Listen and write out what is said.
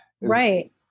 Right